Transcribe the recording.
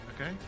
Okay